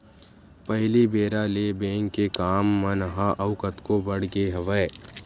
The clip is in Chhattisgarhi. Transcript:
पहिली बेरा ले बेंक के काम मन ह अउ कतको बड़ गे हवय